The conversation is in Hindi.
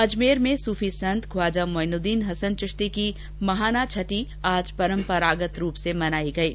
अजमेर में सूफी संत ख्वाजा मोईनुद्दीन हसन चिश्ती की महाना छठी आज परम्परागत रूप से मनायी गयी